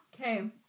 Okay